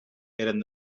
eren